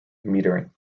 metering